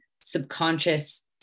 subconscious